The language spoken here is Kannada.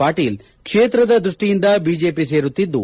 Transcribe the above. ಪಾಟೀಲ್ ಕ್ಷೇತ್ರದ ದೃಷ್ಷಿಯಿಂದ ಬಿಜೆಪಿ ಸೇರುತ್ತಿದ್ದು